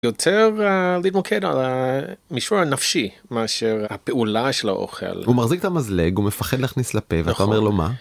יותר להתמוקד על המישור הנפשי, מאשר הפעולה של האוכל. - הוא מחזיק את המזלג, הוא מפחד להכניס לפה, ואתה אומר לו, מה?